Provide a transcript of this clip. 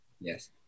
yes